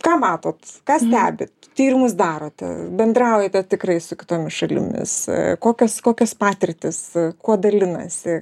ką matot ką stebit tyrimus darot bendraujate tikrai su kitomis šalimis kokios kokios patirtys kuo dalinasi